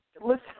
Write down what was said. listen